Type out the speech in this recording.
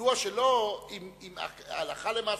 מדוע שלא הלכה למעשה,